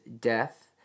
death